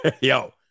Yo